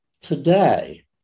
Today